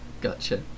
Gotcha